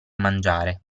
mangiare